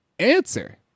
answer